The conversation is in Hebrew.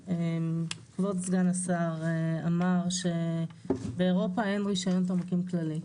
כבוד סגן השר אמר שבאירופה אין רישיון תמרוקים כללי.